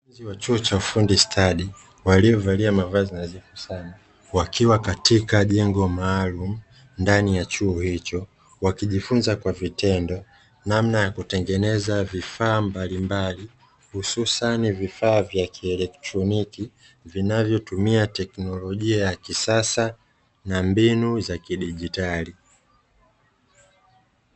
Wanafunzi wa chuo cha ufundi stadi waliovalia mavazi nadhifu sana, wakiwa katika jengo maalumu ndani ya chuo hicho, wakijifunza kwa vitendo namna ya kutengeneza vifaa mbalimbali hususani vifaa vya kielektroniki vinavyotumia teknolojia ya kisasa na mbinu za kidigitali.